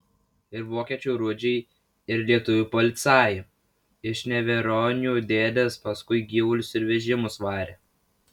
ir vokiečių rudžiai ir lietuvių policajai iš neveronių dėdės paskui gyvulius ir vežimus varė